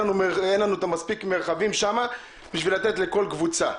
לנו מספיק את המרחבים שם בשביל לתת לכל קבוצה.